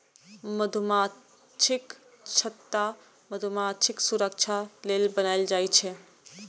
मधुमाछीक छत्ता मधुमाछीक सुरक्षा लेल बनाएल जाइ छै